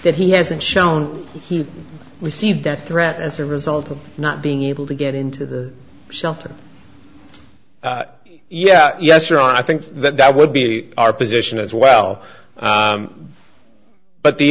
that he hasn't shown he received that threat as a result of not being able to get into the shelter yeah yes or i think that that would be our position as well but the